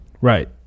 Right